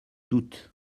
doutes